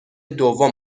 دوم